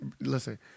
listen